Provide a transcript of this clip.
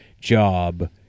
job